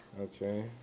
Okay